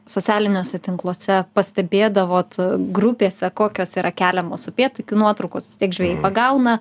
socialiniuose tinkluose pastebėdavot grupėse kokios yra keliamos upėtakių nuotraukos vis tiek žvejai pagauna